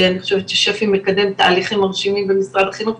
אני חושבת ששפ"י מקדם תהליכים מרשימים במשרד החינוך,